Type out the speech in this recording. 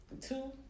two